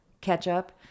Ketchup